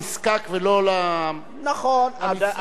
לנצרך ולא למצרך.